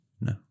no